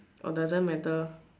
or doesn't matter